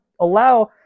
allow